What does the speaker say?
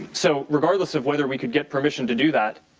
so regardless of whether we could get permission to do that,